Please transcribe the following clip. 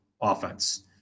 offense